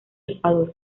ecuador